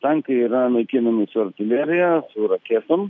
tankai yra naikinami su artilerija raketom